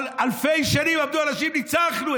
אבל אלפי שנים אמרו אנשים: ניצחנו.